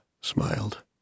smiled